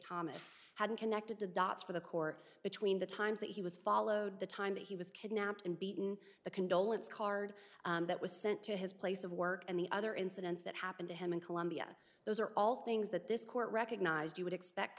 thomas hadn't connected the dots for the core between the time that he was followed the time that he was kidnapped and beaten the condolence card that was sent to his place of work and the other incidents that happened to him in colombia those are all things that this court recognized you would expect